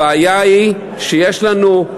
אבל זה תלוי בכם,